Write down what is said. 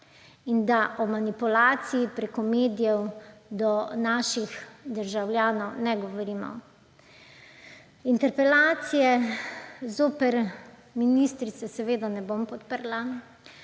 In da o manipulaciji preko medijev do naših državljanov ne govorimo. Interpelacije zoper ministrice seveda ne bom podprla.